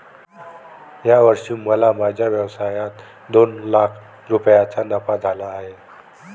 या वर्षी मला माझ्या व्यवसायात दोन लाख रुपयांचा नफा झाला आहे